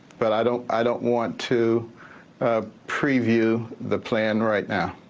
but i don't i don't want to ah preview the plan right now.